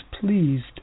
pleased